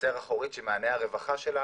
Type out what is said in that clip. חצר אחורית שמענה הרווחה שלה